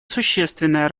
существенное